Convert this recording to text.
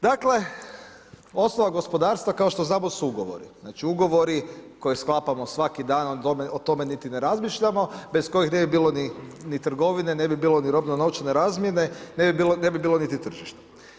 Dakle, osnovna gospodarstva, kao što znamo su ugovori, znači ugovori, koje sklapamo svaki dan, o tome niti ne razmišljamo, bez kojih ne bi bilo ni trgovine, ne bi bilo ni robno novčane razmjene, ne bi bilo niti tržišta.